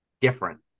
different